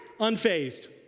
unfazed